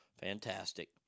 Fantastic